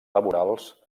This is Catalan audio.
laborals